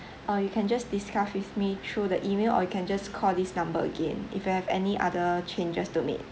uh you can just discuss with me through the email or you can just call this number again if you have any other changes to make